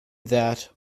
that